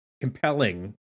compelling